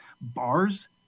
bars